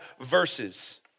verses